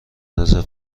رزرو